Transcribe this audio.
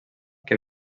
que